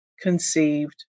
conceived